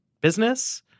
business